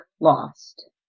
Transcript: lost